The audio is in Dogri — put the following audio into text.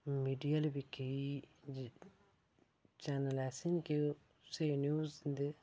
मिडिया आह्ले बी केईं चैनल ऐसे न जे स्हेई न्यूज दिंदे